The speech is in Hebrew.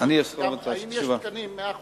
מאה אחוז.